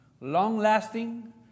long-lasting